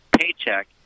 paycheck